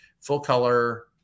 full-color